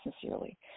sincerely